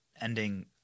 ending